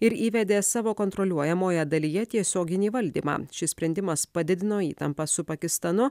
ir įvedė savo kontroliuojamoje dalyje tiesioginį valdymą šis sprendimas padidino įtampą su pakistanu